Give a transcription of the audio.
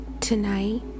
Tonight